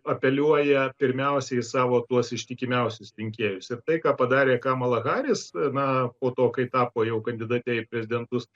apeliuoja pirmiausia į savo tuos ištikimiausius rinkėjus ir tai ką padarė kamala haris na po to kai tapo jau kandidate į prezidentus